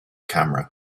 camera